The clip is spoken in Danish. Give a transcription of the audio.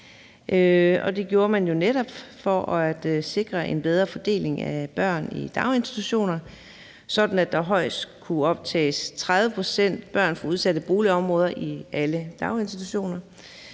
Det gjorde man jo netop for at sikre en bedre fordeling af børn i daginstitutioner, sådan at der højst kunne optages 30 pct. børn fra udsatte boligområder i alle daginstitutioner.